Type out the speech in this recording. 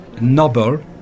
noble